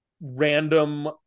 random